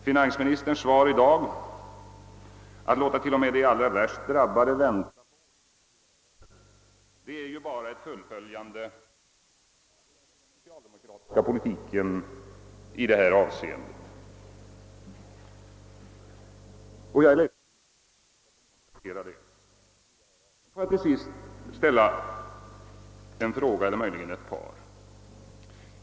Finansministerns svar i dag, som innebär att man låter till och med de allra värst drabbade vänta på åtgärder, är ju bara ett fullföljande av den socialdemokratiska politiken i detta avseende. Jag är ledsen att behöva konstatera detta. Till sist ytterligare ett par frågor.